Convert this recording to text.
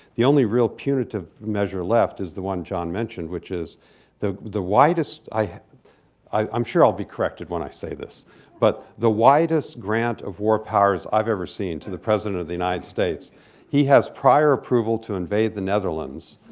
the only real punitive measure left is the one john mentioned, which is the the widest i'm sure i'll be corrected when i say this but the widest grant of war powers i've ever seen to the president of the united states he has prior approval to invade the netherlands,